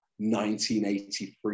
1983